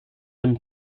dem